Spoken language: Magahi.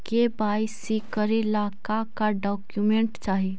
के.वाई.सी करे ला का का डॉक्यूमेंट चाही?